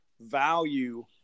value